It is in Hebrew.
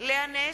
לאה נס,